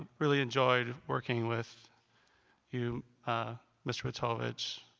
really enjoyed working with you mr. wojtovich,